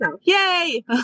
Yay